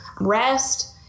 rest